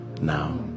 Now